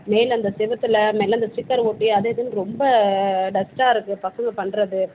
மேலே இந்த செவுத்தில் மேலே இந்த ஸ்டிக்கர் ஒட்டி அது இதுன்னு ரொம்ப டஸ்ட்டாக இருக்கு பசங்க பண்ணுறது